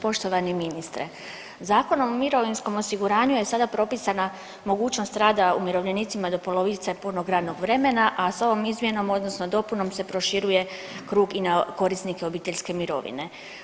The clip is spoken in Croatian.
Poštovani ministre Zakonom o mirovinskom osiguranju je sada propisana mogućnost rada umirovljenicima do polovice punog radnog vremena, a s ovom izmjenom odnosno dopunom se proširuje krug i na korisnike obiteljske mirovine.